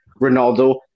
Ronaldo